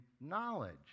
knowledge